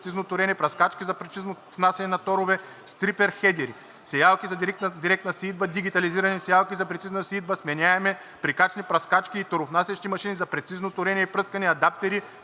прецизно торене; пръскачки за прецизно внасяне на торове, стрипер хедери. Сеялки за директна сеитба, дигитализирани сеялки за прецизна сеитба, сменяеми, прикачни пръскачки и торовнасящи машини за прецизно торене и пръскане, адаптери,